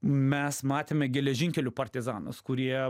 mes matėme geležinkelių partizanus kurie